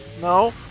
No